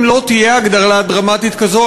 אם לא תהיה הגדלה דרמטית כזו,